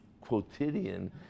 quotidian